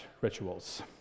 rituals